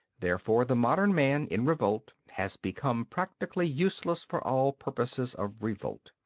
therefore the modern man in revolt has become practically useless for all purposes of revolt.